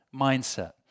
mindset